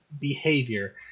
behavior